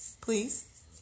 Please